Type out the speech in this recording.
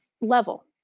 level